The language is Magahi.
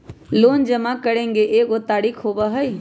लोन जमा करेंगे एगो तारीक होबहई?